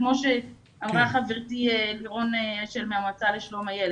כמו שאמרה חברתי לירון מהמועצה לשלום הילד,